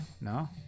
no